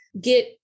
get